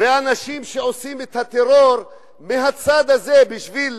והאנשים שעושים את הטרור מהצד הזה בשביל